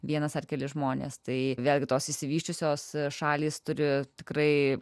vienas ar keli žmonės tai vėlgi tos išsivysčiusios šalys turi tikrai